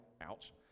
ouch